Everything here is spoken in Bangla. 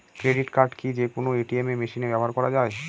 ক্রেডিট কার্ড কি যে কোনো এ.টি.এম মেশিনে ব্যবহার করা য়ায়?